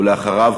ואחריו,